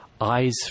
eyes